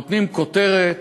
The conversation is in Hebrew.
נותנים כותרת: